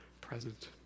present